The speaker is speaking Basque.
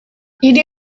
hiri